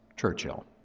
Churchill